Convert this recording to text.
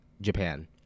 Japan